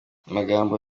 amagambo